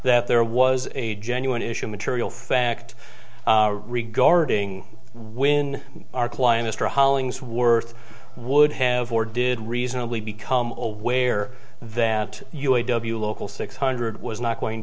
that there was a genuine issue material fact regarding when our client istra hollingsworth would have or did reasonably become aware that u a w local six hundred was not going